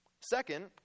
Second